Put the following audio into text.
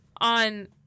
on